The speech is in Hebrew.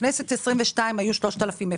בכנסת 22 היו 3,000 מפקחים,